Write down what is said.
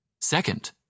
Second